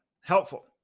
helpful